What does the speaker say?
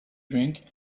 drink